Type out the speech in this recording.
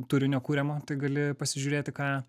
turinio kuriamo tai gali pasižiūrėti ką